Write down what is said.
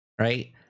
right